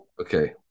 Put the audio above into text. okay